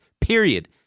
Period